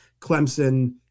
Clemson